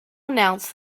announce